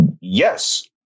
Yes